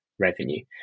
revenue